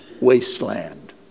wasteland